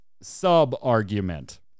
sub-argument